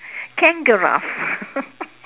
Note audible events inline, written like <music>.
Kangaraffe <laughs>